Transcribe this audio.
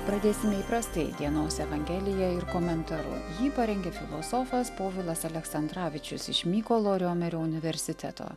pradėsime įprastai dienos evangelija ir komentaru jį parengė filosofas povilas aleksandravičius iš mykolo riomerio universiteto